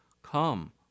Come